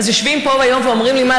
אז יושבים פה היום ואומרים לי: מה,